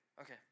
okay